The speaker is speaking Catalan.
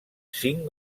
cinc